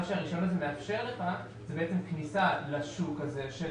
מה שהרישיון מאפשר זו כניסה לשוק הזה של